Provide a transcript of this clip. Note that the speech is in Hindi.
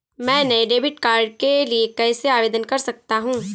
मैं नए डेबिट कार्ड के लिए कैसे आवेदन कर सकता हूँ?